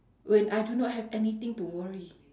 when I do not have anything to worry